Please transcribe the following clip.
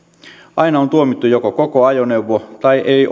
aina on tuomittu valtiolle joko koko ajoneuvo tai ei